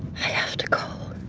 have to go.